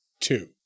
two